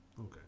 Okay